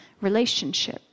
relationship